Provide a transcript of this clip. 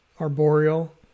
arboreal